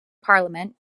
parliament